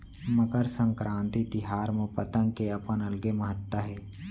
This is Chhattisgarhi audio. मकर संकरांति तिहार म पतंग के अपन अलगे महत्ता हे